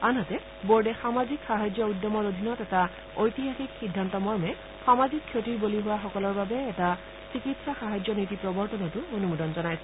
আনহাতে বোৰ্ডে সামাজিক সাহায্য উদ্যমৰ অধীনত এটা ঐতিহাসিক সিদ্ধান্তমৰ্মে সামাজিক ক্ষতিৰ বলি হোৱা সকলৰ বাবে এটা চিকিৎসা সাহায্য নীতি প্ৰৱৰ্তনতো অনুমোদন জনাইছে